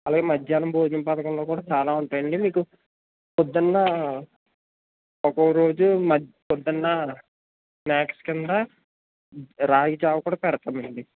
అలాగే మధ్యాహ్నం భోజన పథకంలో కూడా చాలా ఉంటాయండి మీకు పొద్దున్న ఒక్కోక రోజు మ పొద్దున్న స్నాక్స్ కింద రాగి జావ కూడా పెడతామండి